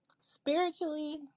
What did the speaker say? spiritually